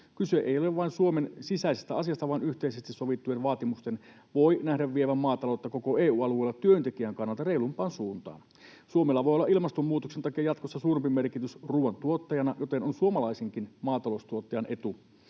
Kyse ei ole vain Suomen sisäisestä asiasta, vaan yhteisesti sovittujen vaatimusten voidaan nähdä vievän maataloutta koko EU-alueella työntekijän kannalta reilumpaan suuntaan. Suomella voi olla ilmastonmuutoksen takia jatkossa suurikin merkitys ruoantuottajana, joten on suomalaisenkin maataloustuottajan etu,